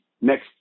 next